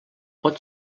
pot